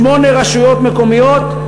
שמונה רשויות מקומיות,